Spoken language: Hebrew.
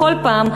בכל פעם,